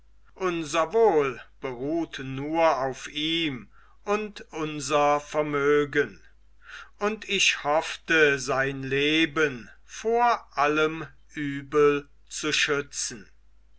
unser wohl beruht nur auf ihm und unser vermögen und ich hoffte sein leben vor allem übel zu schützen